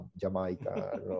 Jamaica